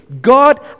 God